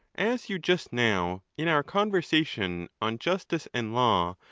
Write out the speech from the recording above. as you just now, in our conversation on justice and law,